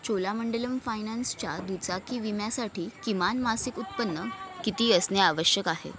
चोलामंडलम फायनान्सच्या दुचाकी विम्यासाठी किमान मासिक उत्पन्न किती असणे आवश्यक आहे